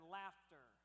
laughter